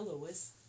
lewis